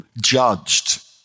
judged